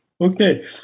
Okay